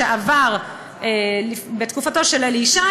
שעבר בתקופתו של אלי ישי,